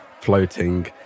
floating